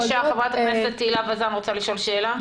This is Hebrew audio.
חברת הכנסת הילה וזאן רוצה לשאול שאלה, בבקשה.